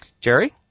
Jerry